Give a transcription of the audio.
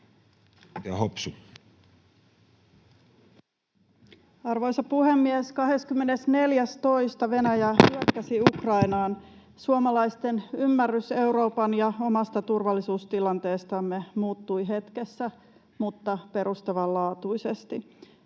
Arvoisa puhemies! 24.2. Venäjä hyökkäsi Ukrainaan. Suomalaisten ymmärrys Euroopan ja omasta turvallisuustilanteestamme muuttui hetkessä mutta perustavanlaatuisesti.